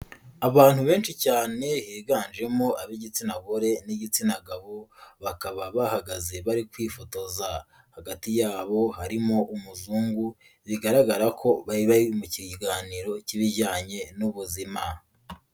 Abantu benshi cyane biganjemo ab'igitsina gore n'igitsina gabo, bakaba bahagaze bari kwifotoza, hagati yabo harimo umuzungu bigaragara ko bari bari mu kiganiro k'ibijyanye n'ubuzima.